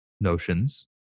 notions